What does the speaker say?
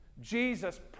Jesus